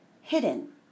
hidden